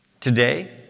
Today